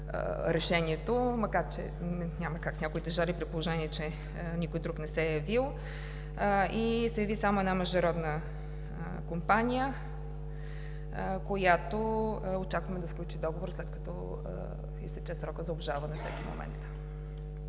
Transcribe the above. решението, макар че няма как някой да жали, при положение че никой друг не се е явил. Яви се само една международна компания, която очакваме да сключи договор, след като изтече срокът за обжалване всеки